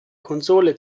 konsole